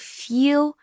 feel